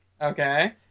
Okay